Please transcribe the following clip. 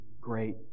great